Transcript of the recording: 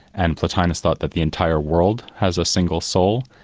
and plotinus thought that the entire world has a single soul.